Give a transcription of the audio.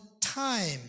time